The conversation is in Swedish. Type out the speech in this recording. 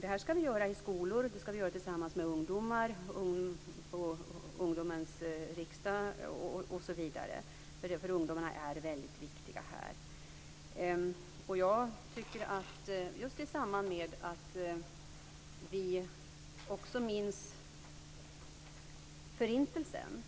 Detta skall vi göra i skolor, tillsammans med ungdomar, vid ungdomens riksdag, osv. Ungdomarna är nämligen mycket viktiga i detta sammanhang. Jag tycker att det, just i samband med att vi minns Förintelsen